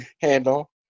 handle